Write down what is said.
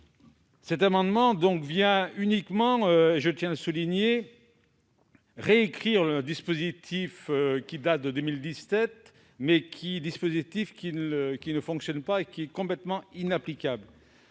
Cet amendement vise uniquement, je tiens à le souligner, à réécrire le dispositif de 2017 qui ne fonctionne pas et est complètement inapplicable.